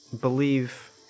believe